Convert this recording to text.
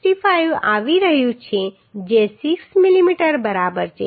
65 આવી રહ્યું છે જે 6 mm બરાબર છે